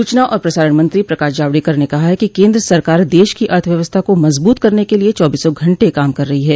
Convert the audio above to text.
सूचना और प्रसारण मंत्री प्रकाश जावड़ेकर ने कहा है कि केन्द्र सरकार देश की अर्थव्यवस्था को मजबूत करने के लिए चौबीसों घंटे काम कर रही है